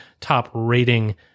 top-rating